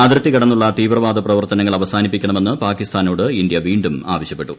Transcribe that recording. അതിർത്തി കടന്നുള്ള തീവ്രവാദ പ്രവർത്തനങ്ങൾ അവസാനിപ്പിക്കണമെന്ന് പാകിസ്ഥാനോട് ഇന്ത്യ വീണ്ടും ആവശ്യപ്പെട്ടു